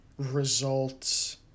results